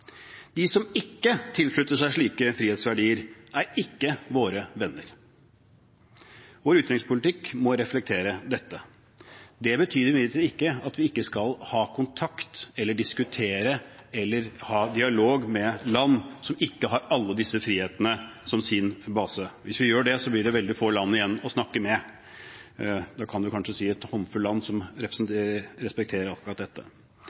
De som ikke tilslutter seg slike frihetsverdier, er ikke våre venner. Vår utenrikspolitikk må reflektere dette. Det betyr imidlertid ikke at vi ikke skal ha kontakt, diskutere eller ha dialog med land som ikke har alle disse frihetene som sin base. Hvis vi ikke har det, blir det veldig få land igjen å snakke med. En kan kanskje si det er en håndfull land som respekterer akkurat dette.